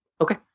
okay